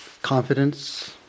Confidence